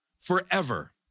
forever